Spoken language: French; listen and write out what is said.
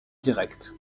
direct